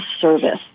service